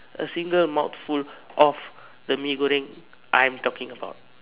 a single mouthful of the Mee-Goreng I am talking about